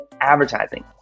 advertising